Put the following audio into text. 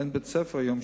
אין פעילות בבתי-ספר היום,